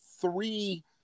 three